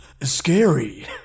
Scary